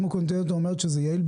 אם continental אומרת שזה יעיל?